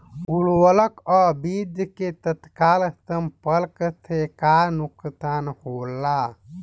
उर्वरक अ बीज के तत्काल संपर्क से का नुकसान होला?